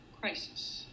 crisis